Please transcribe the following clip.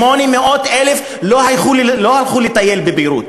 800,000 לא הלכו לטייל בביירות.